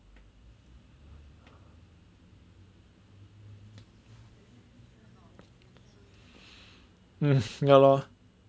mm ya lor